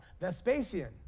Vespasian